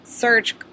search